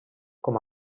com